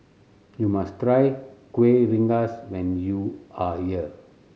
you must try Kueh Rengas when you are here